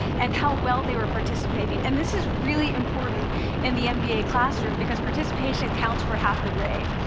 and how well they were participating. and this is really important in the mba classroom, because participation counts for half the grade.